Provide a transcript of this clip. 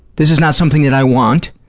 this is not something that i want,